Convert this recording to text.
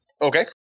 Okay